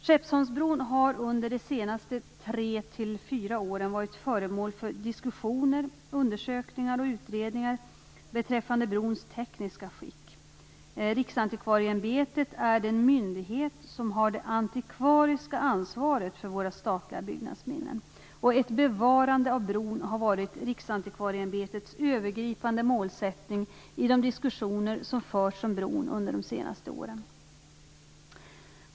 Skeppsholmsbron har under de senaste 3-4 åren varit föremål för diskussioner, undersökningar och utredningar beträffande brons tekniska skick. Riksantikvarieämbetet är den myndighet som har det antikvariska ansvaret för våra statliga byggnadsminnen. Ett bevarande av bron har varit Riksantikvarieämbetets övergripande målsättning i de diskussioner som förts om bron under de senaste åren.